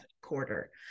quarter